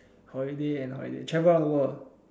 holiday and holiday travel around the world